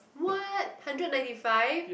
what hundred ninety five